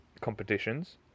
competitions